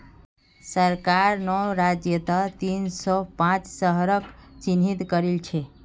सरकार नौ राज्यत तीन सौ पांच शहरक चिह्नित करिल छे